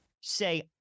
say